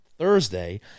Thursday